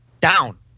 Down